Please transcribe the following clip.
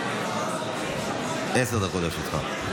עשר דקות לרשותך.